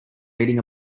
eating